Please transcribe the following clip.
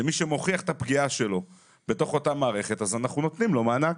שמי שמוכיח את הפגיעה שלו בתוך אותה מערכת אז אנחנו נותנים לו מענק.